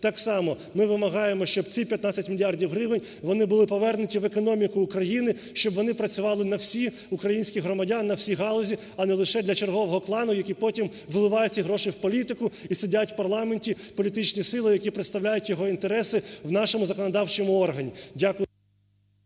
Так само ми вимагаємо, щоб ці 15 мільярдів гривень вони були повернуті в економіку України, щоб вони працювали на всіх українських громадян, на всі галузі, а не лише для чергового клану, який потім вливає ці гроші у політику, і сидять у парламенті політичні сили, які представляють його інтереси у нашому законодавчому органі. Дякую.